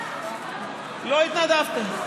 לא התנדבתם.